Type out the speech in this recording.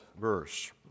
verse